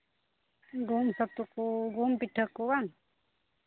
ᱜᱩᱦᱩᱢ ᱯᱤᱴᱷᱟᱹ ᱠᱚ ᱵᱟᱝ